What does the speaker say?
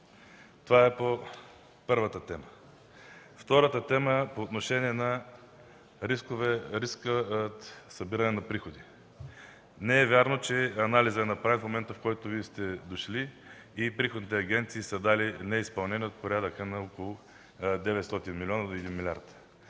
Това е по първата тема. Втората тема е по отношение на риска за събиране на приходи. Не е вярно, че анализът е направен в момент, когато Вие сте дошли и приходните агенции са дали неизпълнение от порядъка между 900 милиона и 1 млрд.